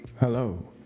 hello